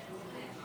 שתעלה ביום רביעי,